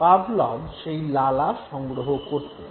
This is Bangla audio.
পাভলভ সেই লালা সংগ্রহ করতেন